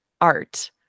art